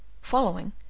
following